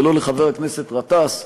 ולא לחבר הכנסת גטאס,